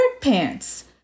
pants